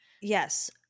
yes